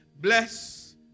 Bless